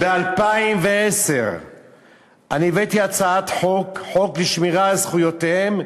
ב-2010 אני הבאתי הצעת חוק לשמירה על זכויותיהם,